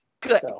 good